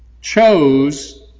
chose